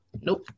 Nope